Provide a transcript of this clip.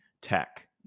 tech